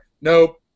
Nope